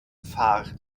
fahrt